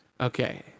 Okay